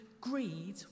greed